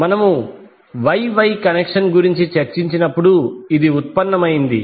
మనము Y Y connection గురించి చర్చించినప్పుడు ఇది ఉత్పన్నమైంది